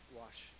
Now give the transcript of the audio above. wash